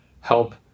help